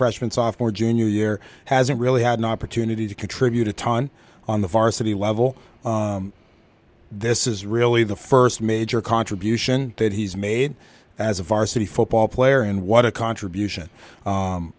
freshman sophomore junior year hasn't really had an opportunity to contribute a ton on the varsity level this is really the first major contribution that he's made as a varsity football player and what a contribution